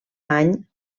any